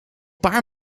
paar